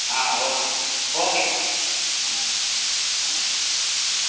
ஆ okay ஓகேப்பா okay ah thank you